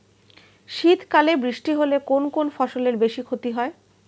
শীত কালে বৃষ্টি হলে কোন কোন ফসলের বেশি ক্ষতি হয়?